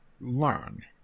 learn